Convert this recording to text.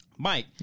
Mike